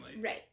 Right